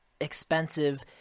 expensive